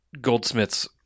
Goldsmith's